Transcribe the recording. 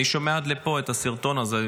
אני שומע עד לפה את הסרטון הזה.